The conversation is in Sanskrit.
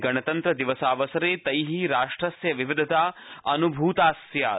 गणतन्त्र दिवसावसरे तै राष्ट्रस्य विविधता अन्भूता स्यात्